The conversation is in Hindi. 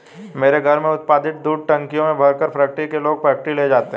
मेरे घर में उत्पादित दूध टंकियों में भरकर फैक्ट्री के लोग फैक्ट्री ले जाते हैं